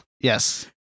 Yes